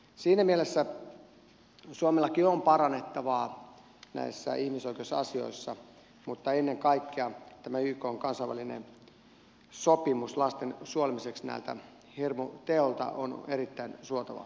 siinä mielessä suomellakin on parannettavaa näissä ihmisoikeusasioissa mutta ennen kaikkea tämä ykn kansainvälinen sopimus lasten suojelemiseksi näiltä hirmuteoilta on erittäin suotava